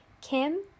kim